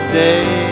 day